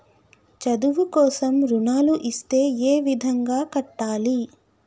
చదువు కోసం రుణాలు ఇస్తే ఏ విధంగా కట్టాలి?